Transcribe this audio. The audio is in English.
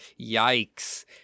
yikes